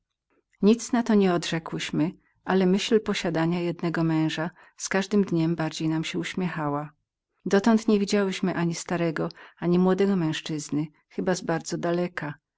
nic na to nie odrzekłyśmy ale ta myśl posiadania jednego męża z każdym dniem bardziej nam się uśmiechała dotąd niewidziałyśmy ani starego ani młodego męzczyzny chyba bardzo z daleka